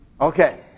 Okay